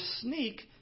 sneak